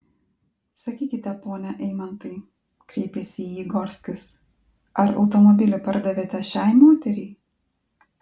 sakykite pone eimantai kreipėsi į jį gorskis ar automobilį pardavėte šiai moteriai